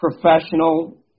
professional